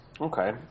Okay